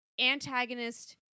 antagonist